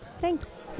Thanks